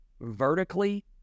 vertically